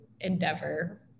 endeavor